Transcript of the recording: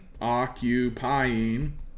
occupying